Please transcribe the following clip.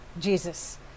Jesus